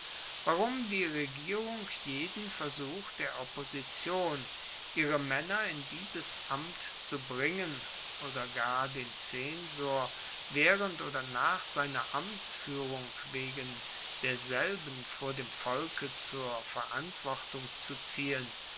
warum die regierung jeden versuch der opposition ihre maenner in dieses amt zu bringen oder gar den zensor waehrend oder nach seiner amtsfuehrung wegen derselben vor dem volke zur verantwortung zu ziehen